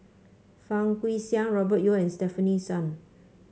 Fang Guixiang Robert Yeo and Stefanie Sun